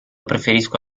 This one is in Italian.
preferisco